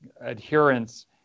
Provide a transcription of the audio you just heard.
adherence